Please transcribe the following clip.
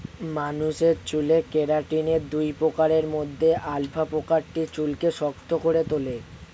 মানুষের চুলে কেরাটিনের দুই প্রকারের মধ্যে আলফা প্রকারটি চুলকে শক্ত করে তোলে